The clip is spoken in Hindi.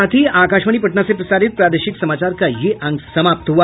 इसके साथ ही आकाशवाणी पटना से प्रसारित प्रादेशिक समाचार का ये अंक समाप्त हुआ